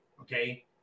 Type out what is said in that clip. okay